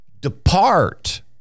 depart